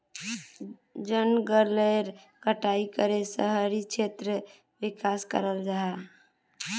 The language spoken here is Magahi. जनगलेर कटाई करे शहरी क्षेत्रेर विकास कराल जाहा